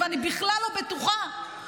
ואני בכלל לא בטוחה,